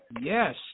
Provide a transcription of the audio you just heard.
Yes